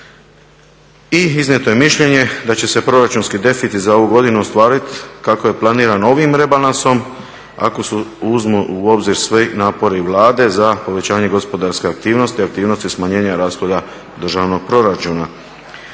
i iznijeto je mišljenje da će se proračunski deficit za ovu godinu ostvariti kako je planirano ovim rebalansom ako se uzmu u obzir svi napori Vlade za povećanje gospodarske aktivnosti, aktivnosti smanjenja rashoda državnog proračuna.